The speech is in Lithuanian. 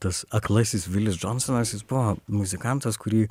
tas aklasis vilis džonsonas jis buvo muzikantas kurį